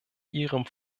ihrem